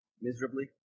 Miserably